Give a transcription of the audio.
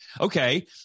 Okay